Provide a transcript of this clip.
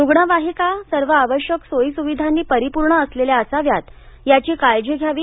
रुग्णवाहिका सर्व आवश्यक सोयीसुविधांनी परिपूर्ण असलेल्या असाव्यात याची काळजी घ्यावी